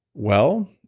well,